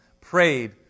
prayed